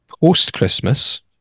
post-Christmas